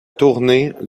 tournée